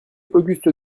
auguste